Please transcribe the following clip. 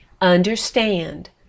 Understand